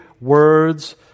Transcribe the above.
words